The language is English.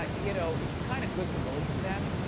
ah you know, it's kind of good for both of them,